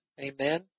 Amen